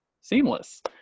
seamless